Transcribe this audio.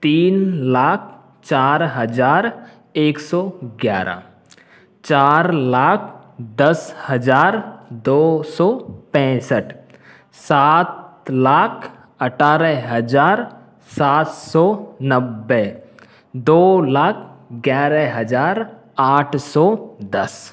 तीन लाख चार हज़ार एक सौ ग्यारह चार लाख दस हज़ार दो सौ पैंसठ सात लाख अठारह हज़ार सात सौ नब्बे दो लाख ग्यारह हज़ार आठ सौ दस